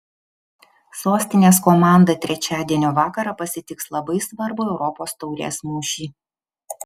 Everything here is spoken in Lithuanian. sostinės komanda trečiadienio vakarą pasitiks labai svarbų europos taurės mūšį